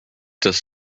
dass